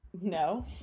No